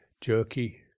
jerky